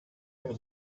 and